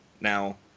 now